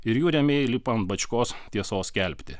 ir jų rėmėjai lipa ant bačkos tiesos skelbti